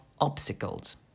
obstacles